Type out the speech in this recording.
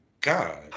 God